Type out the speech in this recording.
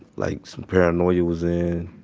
like some paranoia was in.